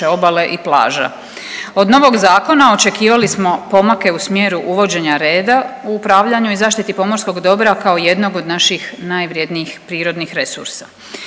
obale i plaža. Od novog zakona očekivali smo pomake u smjeru uvođenja reda u upravljanju i zaštiti pomorskog dobra kao jednog od naših najvrjednijih prirodnih resursa,